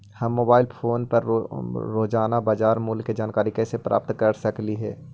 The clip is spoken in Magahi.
हम मोबाईल फोन पर रोजाना बाजार मूल्य के जानकारी कैसे प्राप्त कर सकली हे?